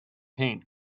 paint